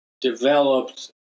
developed